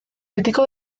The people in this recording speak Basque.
betiko